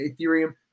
Ethereum